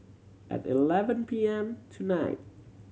at eleven P M tonight